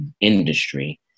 industry